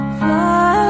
fly